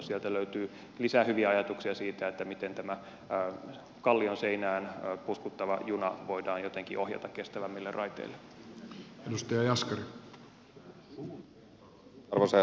sieltä löytyy lisää hyviä ajatuksia siitä miten tämä kallioseinään puuskuttava juna voidaan jotenkin ohjata kestävämmille raiteille